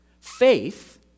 Faith